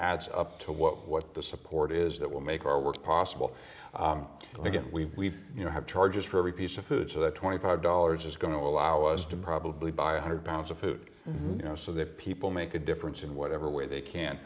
adds up to what what the support is that will make our work possible because we you know have to charge for every piece of food so that twenty five dollars is going to allow us to probably buy a hundred pounds of food you know so that people make a difference in whatever way they can